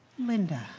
linda,